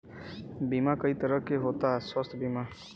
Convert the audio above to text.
बीमा कई तरह के होता स्वास्थ्य बीमा?